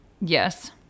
yes